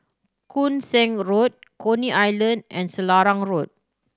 Koon Seng Road Coney Island and Selarang Road